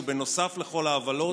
ונוסף לכל העוולות,